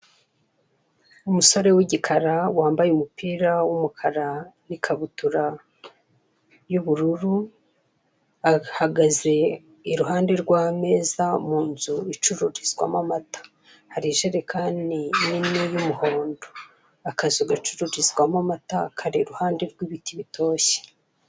Umusore w'igikara, wambaye umupira w'umukara n'ikabutura y'ubururu, ahagaze iruhande rw'ameza, mu nzu icururizwamo amata. Hari ijerekani nini y'umuhondo. Akazu gacururizwamo amata kari iruhande rw'ibiti bitoshye.